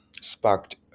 sparked